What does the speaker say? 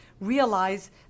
realize